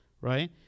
right